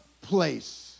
place